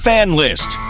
FanList